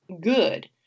good